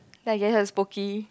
then I guess yours is Pocky